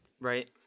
Right